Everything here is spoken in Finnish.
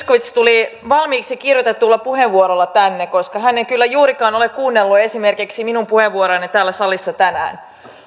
zyskowicz tuli valmiiksi kirjoitetulla puheenvuorolla tänne koska hän ei kyllä juurikaan ole kuunnellut esimerkiksi minun puheenvuoroani täällä salissa tänään